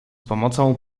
pomocą